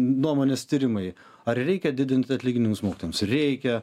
nuomonės tyrimai ar reikia didinti atlyginimus mokytojams reikia